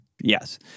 Yes